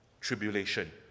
tribulation